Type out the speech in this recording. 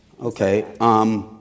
Okay